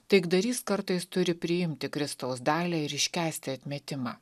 taikdarys kartais turi priimti kristaus dalią ir iškęsti atmetimą